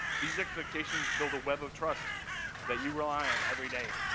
these expectations build a web of trust that you rely on everyday.